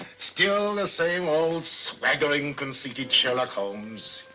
still the same old swaggering conceded sherlock holmes.